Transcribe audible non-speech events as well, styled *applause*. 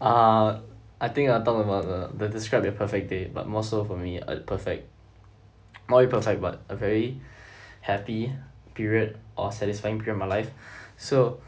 uh I think I'll talk about uh the describe your perfect day but more so for me a perfect not really perfect but a very *breath* happy period or satisfying period of my life *breath* so